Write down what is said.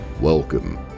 Welcome